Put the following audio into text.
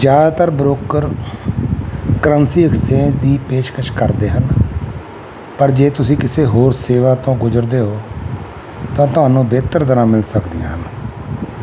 ਜ਼ਿਆਦਾਤਰ broker currency exchange ਦੀ ਪੇਸ਼ਕਸ਼ ਕਰਦੇ ਹਨ ਪਰ ਜੇ ਤੁਸੀਂ ਕਿਸੇ ਹੋਰ ਸੇਵਾ ਤੋਂ ਗੁਜ਼ਰਦੇ ਹੋ ਤਾਂ ਤੁਹਾਨੂੰ ਬਿਹਤਰ ਦਰਾਂ ਮਿਲ ਸਕਦੀਆਂ ਹਨ